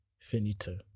Finito